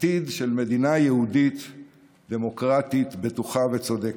עתיד של מדינה יהודית דמוקרטית בטוחה וצודקת.